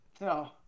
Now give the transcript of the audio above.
No